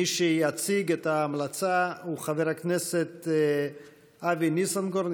מי שיציג את ההמלצה הוא חבר הכנסת אבי ניסנקורן,